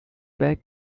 back